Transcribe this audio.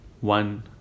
one